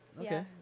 okay